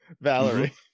Valerie